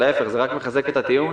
להפך, זה רק מחזק את הטיעון,